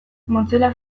mozilla